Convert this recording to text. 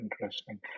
interesting